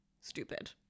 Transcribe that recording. stupid